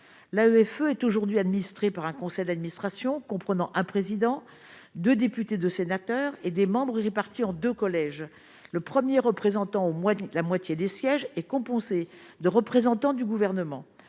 l'AFE est aujourd'hui administrée par un conseil d'administration, comprenant un président de députés, de sénateurs et des membres répartis en 2 collèges le 1er représentant au moins la moitié des sièges est composé de représentants du gouvernement,